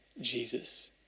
Jesus